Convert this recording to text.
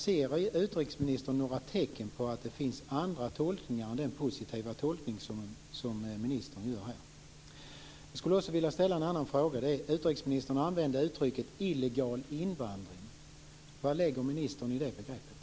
Ser utrikesministern några tecken på att det finns andra tolkningar än den positiva tolkning som ministern gör? Jag skulle också vilja ställa en annan fråga. Utrikesministern använder uttrycket "illegal invandring". Vad lägger ministern i det begreppet?